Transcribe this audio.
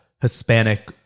Hispanic